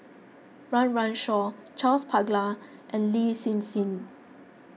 Run Run Shaw Charles Paglar and Lin Hsin Hsin